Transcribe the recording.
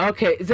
Okay